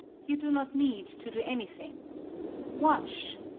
you do not need to do anything wash.